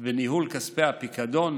כספי הפיקדון